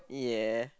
ya